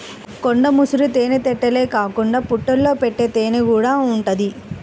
కొండ ముసురు తేనెతుట్టెలే కాకుండా పుట్టల్లో పెట్టే తేనెకూడా ఉంటది